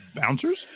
Bouncers